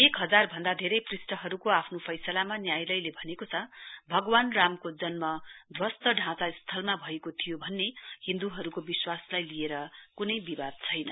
एक हजार भन्दा धेरै पृष्ठहरूको आफ्नो फैसलामा न्यायालयले भनेको छ हिन्द्र्हरू भगवान रामको जन्म ध्वस्त ढाँचाको स्थानमा भएको थियो भने हिन्द्रहरूको विश्वासलाई लिएर कुनै विवाद छैन